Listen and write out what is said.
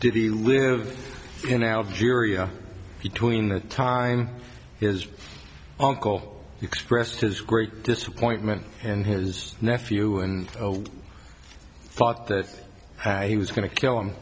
did he live in algeria between the time his uncle expressed his great disappointment and his nephew and i thought that he was going to kill him